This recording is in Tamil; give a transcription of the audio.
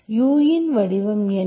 U இன் வடிவம் என்ன